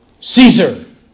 Caesar